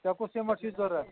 ژےٚ کُس سیٖمَٹ چھی ضروٗرت